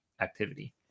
activity